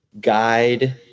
guide